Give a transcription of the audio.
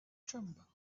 tremble